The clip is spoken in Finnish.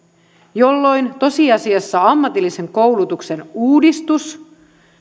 jolloin tosiasiassa ammatillisen koulutuksen uudistus